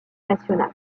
national